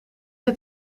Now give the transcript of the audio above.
het